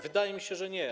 Wydaje mi się, że nie.